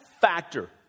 factor